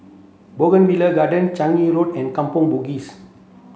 Bougainvillea Garden Changi Road and Kampong Bugis